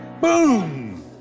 boom